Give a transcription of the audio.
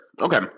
Okay